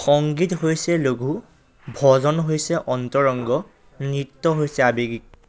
সংগীত হৈছে লঘু ভজন হৈছে অন্তৰংগ নৃত্য হৈছে আৱেগিক